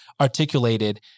articulated